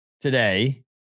today